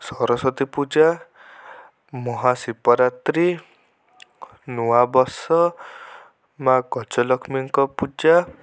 ସରସ୍ୱତୀ ପୂଜା ମହା ଶିବରାତ୍ରୀ ନୂଆ ବର୍ଷ ମା' ଗଜଲକ୍ଷ୍ମୀଙ୍କ ପୂଜା